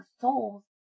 souls